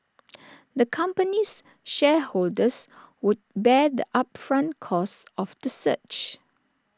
the company's shareholders would bear the upfront costs of the search